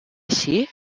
eixir